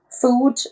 food